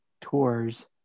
Tours